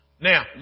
Now